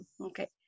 Okay